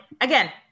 again